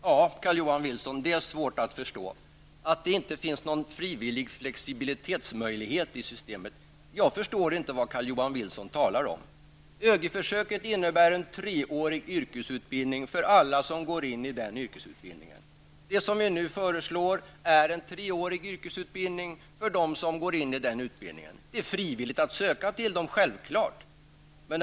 Herr talman! Carl-Johan Wilson, det är svårt att förstå att det inte finns någon frivillig flexibilitetsmöjlighet i systemet. Jag förstår inte vad Carl-Johan Wilson talar om. ÖGY-försöket innebär en treårig yrkesutbildning för alla som går in i den yrkesutbildningen. Det som vi nu föreslår är en treårig yrkesutbildning för dem som går in i den utbildningen. Det är självfallet frivilligt att söka till utbildningen.